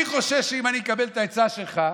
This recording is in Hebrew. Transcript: אני חושש שאם אני אקבל את העצה שלך,